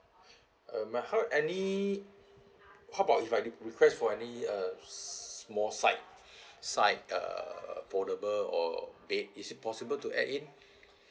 uh my any how about if I request for any uh small side side uh portable oh bed is it possible to add in